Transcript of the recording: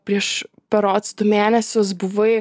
prieš berods du mėnesius buvai